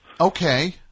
Okay